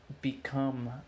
become